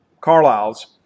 Carlisle's